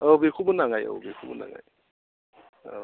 औ बेखौबो नांगोन औ बेखौबो नांगोन औ